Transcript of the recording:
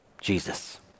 Jesus